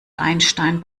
einstein